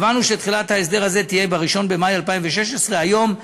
קבענו שתחילת ההסדר הזה תהיה ב-1 במאי 2016. היום,